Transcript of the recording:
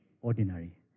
ordinary